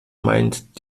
meint